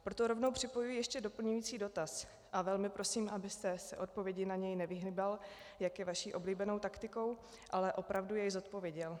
Proto rovnou připojuji ještě doplňující dotaz a velmi prosím, abyste se odpovědi na něj nevyhýbal, jak je vaší oblíbenou taktikou, ale opravdu jej zodpověděl.